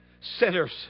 sinners